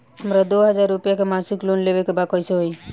हमरा दो हज़ार रुपया के मासिक लोन लेवे के बा कइसे होई?